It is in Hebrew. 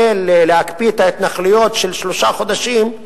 להקפיא את ההתנחלויות לשלושה חודשים,